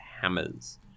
hammers